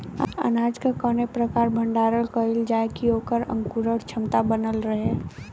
अनाज क कवने प्रकार भण्डारण कइल जाय कि वोकर अंकुरण क्षमता बनल रहे?